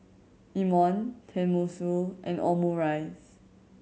Imoni Tenmusu and Omurice